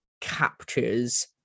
captures